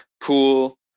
pool